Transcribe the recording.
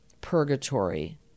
Purgatory